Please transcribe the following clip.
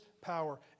power